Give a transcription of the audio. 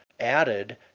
added